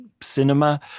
cinema